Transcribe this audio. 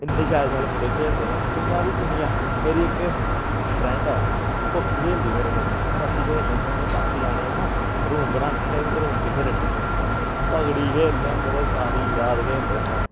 इन्ने शैल शैल मुड़े खेलदे न कुड़ियां बी किन्नियां मेरी इक फ्रैंड ऐ ओह् पबजी खेलदी मेरे कन्नै अस रातीं खेलने होने अस पंज जने हे न रूम बनान्ने होन्ने रूम च खेलने होन्ने तगड़ी खेलने होन्ने ते सारी रात खेलने होन्ने